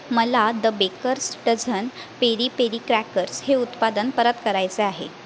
मला the baker's dozen peri peri crackers हे उत्पादन परत करायचे आहे